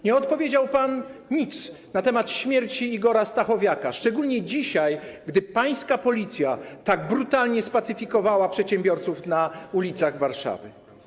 Nie powiedział pan dzisiaj nic na temat śmierci Igora Stachowiaka, szczególnie że pańska Policja tak brutalnie spacyfikowała przedsiębiorców na ulicach Warszawy.